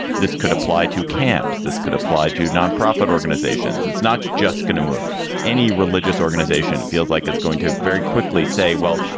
this could apply to camps. this could apply to nonprofit organizations. it's not just going to any religious organization. feels like it's going to very quickly say, well,